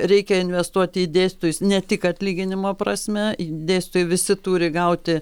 reikia investuot į dėstytojus ne tik atlyginimo prasme dėstytojai visi turi gauti